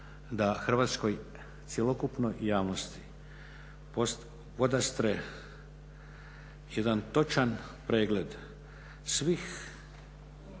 da hrvatskoj cjelokupnoj javnosti podastre jedan točan pregled svih